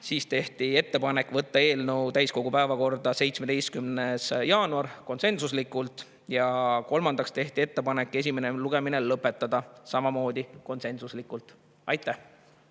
Tehti ettepanek võtta eelnõu täiskogu päevakorda 17. jaanuariks, samuti konsensuslikult. Kolmandaks tehti ettepanek esimene lugemine lõpetada, samamoodi konsensuslikult. Aitäh!